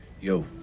Yo